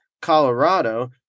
Colorado